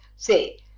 Say